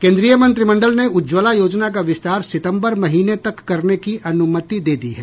केन्द्रीय मंत्रिमंडल ने उज्ज्वला योजना का विस्तार सितम्बर महीने तक करने की अनुमति दे दी है